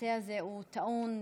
שהנושא הזה טעון ציבורית,